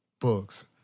Books